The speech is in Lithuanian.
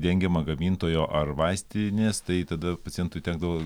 dengiama gamintojo ar vaistinės tai tada pacientui tekdavo